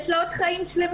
יש לה עוד חיים שלמים.